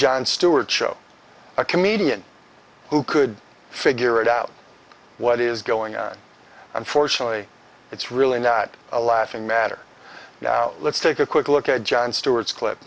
jon stewart show a comedian who could figure it out what is going on unfortunately it's really not a laughing matter now let's take a quick look at jon stewart's clip